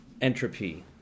entropy